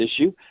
issue